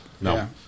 No